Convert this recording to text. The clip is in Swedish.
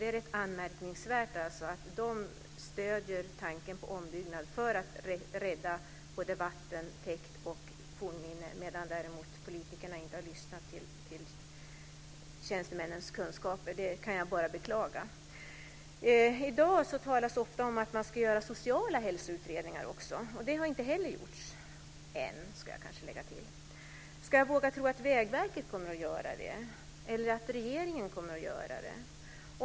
Det är rätt anmärkningsvärt att de stöder tanken på en ombyggnad för att rädda både vattentäkt och fornminnen, medan däremot politikerna inte har lyssnat till tjänstemännens kunskaper. Det kan jag bara beklaga. I dag talas det ofta om att man ska göra sociala hälsoutredningar också. Det har inte heller gjorts än. Ska jag våga tro att Vägverket kommer att göra det eller att regeringen kommer att göra det?